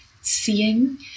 seeing